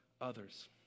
others